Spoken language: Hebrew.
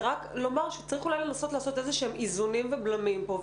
זה רק לומר שצריך אולי לנסות לעשות איזשהם איזונים ובלמים פה,